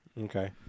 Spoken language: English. Okay